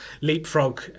leapfrog